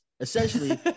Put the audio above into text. Essentially